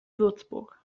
würzburg